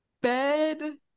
bed